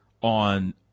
on